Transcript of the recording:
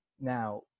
Now